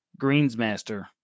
Greensmaster